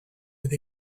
with